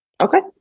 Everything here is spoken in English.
okay